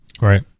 Right